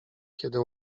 kiedy